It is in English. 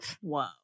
Whoa